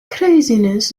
craziness